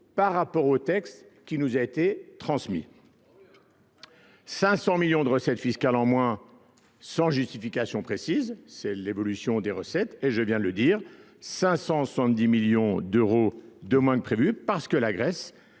par rapport au texte qui nous a été transmis. 500 millions de recettes fiscales en moins sans justification précise, c'est l'évolution des recettes et je viens de le dire, 570 millions d'euros de moins que prévu parce que la Grèce